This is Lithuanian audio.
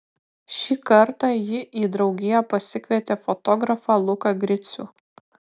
šį kartą ji į draugiją pasikvietė fotografą luką gricių